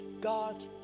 God